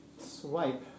swipe